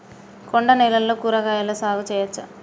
కొండ నేలల్లో కూరగాయల సాగు చేయచ్చా?